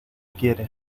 quiere